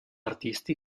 artisti